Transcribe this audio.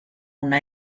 una